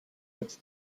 als